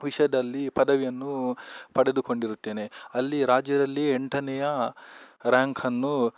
ವಿಷಯದಲ್ಲಿ ಪದವಿಯನ್ನು ಪಡೆದುಕೊಂಡಿರುತ್ತೇನೆ ಅಲ್ಲಿ ರಾಜ್ಯದಲ್ಲಿ ಎಂಟನೆಯ ರ್ಯಾಂಕನ್ನು